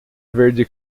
verde